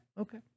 Okay